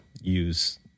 use